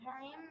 time